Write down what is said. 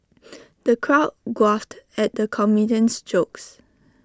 the crowd guffawed at the comedian's jokes